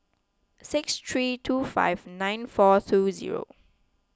six three two five nine four two zero